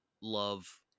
love